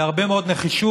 בהרבה מאוד נחישות,